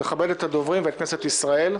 לכבד את הדוברים ואת כנסת ישראל.